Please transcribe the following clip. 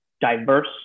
diverse